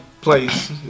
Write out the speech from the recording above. place